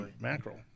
mackerel